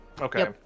Okay